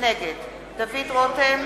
נגד דוד רותם,